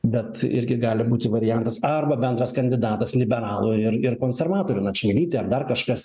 bet irgi gali būti variantas arba bendras kandidatas liberalų ir ir konservatorių na čmilytė ar dar kažkas